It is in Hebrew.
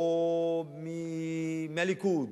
או מהליכוד